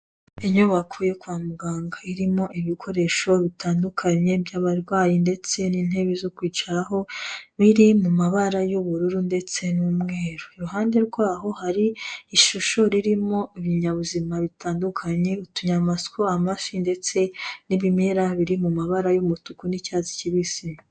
Inyubako yo kwa muganga irimo ibikoresho bitandukanye by'abarwayi ndetse n'intebe zo kwicaraho biri mu mabara y'ubururu ndetse n'umweru. Iruhande rwaho hari ishusho ririmo ibinyabuzima bitandukanye, utunyamasyo, amafi ndetse n'ibimera biri mu mabara y'umutuku n'icyatsi kibisi.